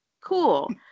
cool